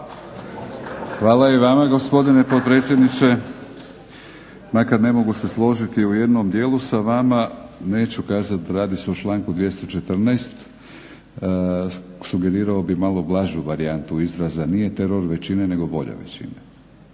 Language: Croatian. Hvala i vama gospodine potpredsjedniče. Makar ne mogu se složiti u jednom dijelu sa vama. Neću kazati, radi se o članku 214. Sugerirao bih malo blažu varijantu izraza, nije teror većine nego volja većine.